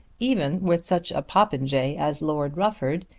even with such a popinjay as lord rufford,